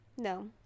No